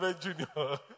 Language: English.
Junior